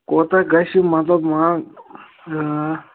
کوٗتاہ گَژھِ مطلب مان